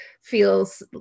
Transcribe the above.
feels